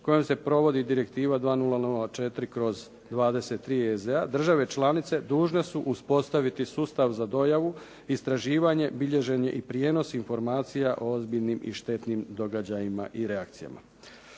kojom se provodi Direktiva 2004/23 EZ-a države članice dužne su uspostaviti sustav za dojavu, istraživanje, bilježenje i prijenos informacija o ozbiljnim i štetnim događajima i reakcijama.